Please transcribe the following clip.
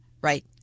right